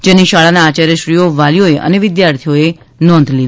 જેની શાળાના આચાર્યશ્રીઓ વાલીઓએ તથા વિદ્યાર્થીઓએ નોંધ લેવી